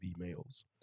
emails